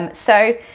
um so,